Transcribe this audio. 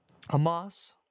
Hamas